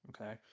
Okay